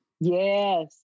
Yes